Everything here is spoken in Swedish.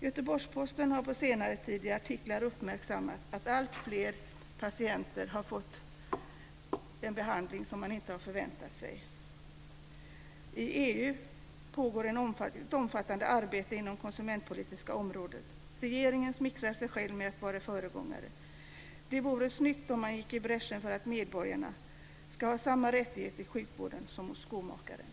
Göteborgs-Posten har på senare tid i artiklar uppmärksammat att alltfler patienter har fått en behandling som man inte har förväntat sig. I EU pågår ett omfattande arbete på det konsumentpolitiska området. Regeringen smickrar sig själv med att vara föregångare. Det vore snyggt om man gick i bräschen för att medborgarna ska ha samma rättigheter i sjukvården som hos skomakaren.